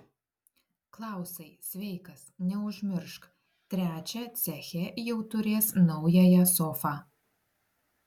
klausai sveikas neužmiršk trečią ceche jau turės naująją sofą